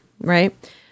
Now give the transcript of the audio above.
right